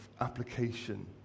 application